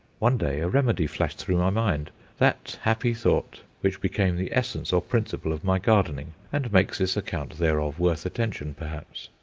one day a remedy flashed through my mind that happy thought which became the essence or principle of my gardening, and makes this account thereof worth attention perhaps.